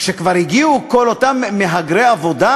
כשכבר מגיעים כל אותם מהגרי עבודה,